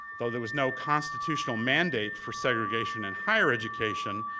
though there was no constitutional mandate for segregation in higher education,